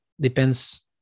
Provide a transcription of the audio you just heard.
Depends